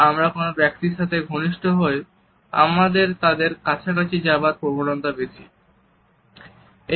বা আমরা যে ব্যক্তির সাথে ঘনিষ্ঠ হই আমাদের তাদের কাছাকাছি যাবার প্রবণতা বেশি থাকে